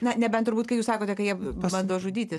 na nebent turbūt kai jūs sakote kai jie bando žudytis